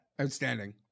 Outstanding